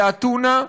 באתונה,